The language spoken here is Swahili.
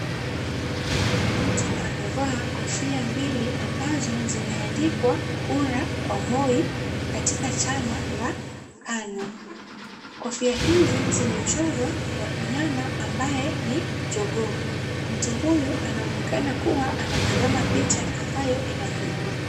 Mtu amevaa kofia mbili ambazo zimeandikwa kura kwa moi katika chama la KANU. Kofia hizi zimechorwa mnyama ambaye ni jogoo. Mtu huyu anaonekana kuwa anatazama picha ambayo inapigwa.